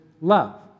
love